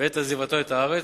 בעת עזיבתו את הארץ,